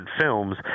films